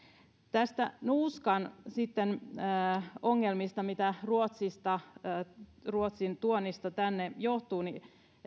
sitten näistä nuuskan ongelmista mitä ruotsista tänne tulee niin